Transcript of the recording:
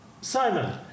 Simon